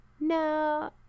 no